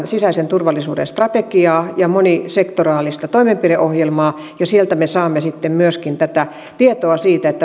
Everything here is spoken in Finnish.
sisäisen turvallisuuden strategiaa ja monisektoraalista toimenpideohjelmaa ja sieltä me saamme sitten myöskin tätä tietoa siitä